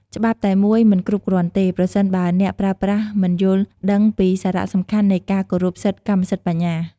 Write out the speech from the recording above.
ច្បាប់តែមួយមិនគ្រប់គ្រាន់ទេ ប្រសិនបើអ្នកប្រើប្រាស់មិនយល់ដឹងពីសារៈសំខាន់នៃការគោរពសិទ្ធិកម្មសិទ្ធិបញ្ញា។